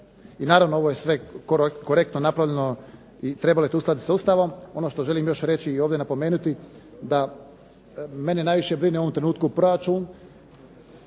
I naravno, ovo je sve korektno napravljeno i treba … /Govornik se ne razumije./… s Ustavom. I ono što želim još reći i ovdje napomenuti, da mene najviše brine u ovom trenutku proračun